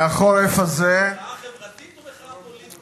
מהחורף הזה, מחאה חברתית או מחאה פוליטית?